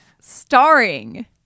starring